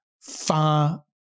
far